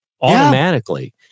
automatically